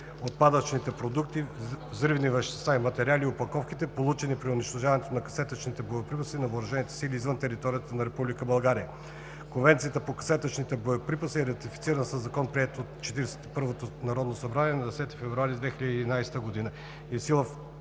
отпадъчните продукти – взривни вещества и метали, и опаковките, получени при унищожаването на касетъчните боеприпаси на Въоръжените сили извън територията на Република България. Конвенцията по касетъчните боеприпаси е ратифицирана със закон, приет от 41-то Народно събрание на 10 февруари 2011 г.